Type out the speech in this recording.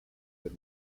del